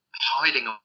hiding